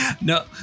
No